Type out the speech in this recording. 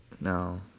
No